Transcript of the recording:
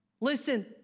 Listen